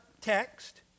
text